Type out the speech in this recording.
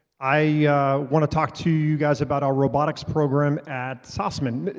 i want to talk to you guys about our robotics program at sossaman.